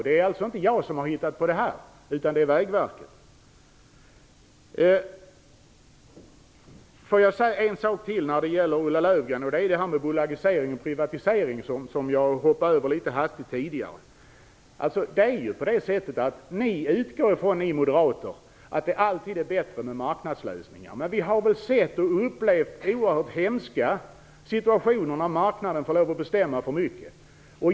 Det är inte jag utan Vägverket som har kommit fram till detta. Jag vill till Ulla Löfgren också säga något om bolagisering och privatisering, som jag tidigare litet hastigt gick förbi. Ni moderater utgår från att det alltid är bättre med marknadslösningar, men vi har upplevt oerhört hemska situationer när marknaden har fått bestämma för mycket.